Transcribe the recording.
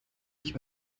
ich